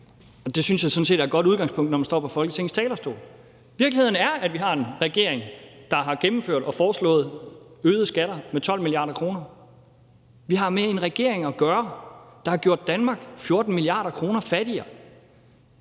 jeg sådan set er et godt udgangspunkt, når man står på Folketingets talerstol. Virkeligheden er, at vi har en regering, der har gennemført og foreslået øgede skatter for 12 mia. kr. Vi har med en regering at gøre, der har gjort Danmark 14 mia. kr. fattigere.